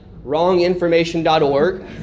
Wronginformation.org